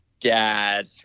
dad